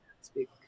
speak